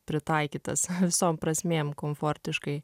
pritaikytas visom prasmėm komfortiškai